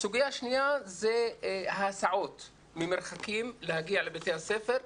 סוגיה שנייה זה ההסעות ממרחקים להגיע לבתי הספר.